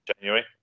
January